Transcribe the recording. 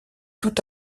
tout